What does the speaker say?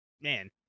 man